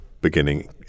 beginning